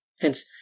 hence